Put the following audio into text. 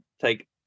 take